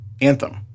Anthem